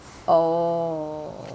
oh